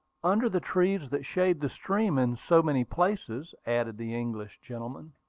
under the trees that shade the stream in so many places, added the english gentleman.